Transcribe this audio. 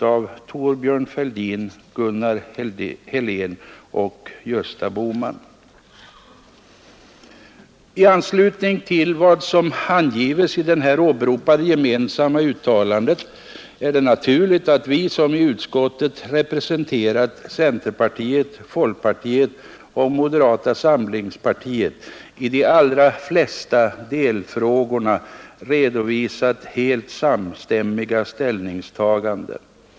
I anslutning till vad som angives i det här åberopade gemensamma uttalandet är det naturligt att vi som i utskottet representerat centerpartiet, folkpartiet och moderata samlingspartiet i de allra flesta delfrågorna redovisat helt samstämmiga ställningstaganden.